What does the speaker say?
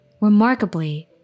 Remarkably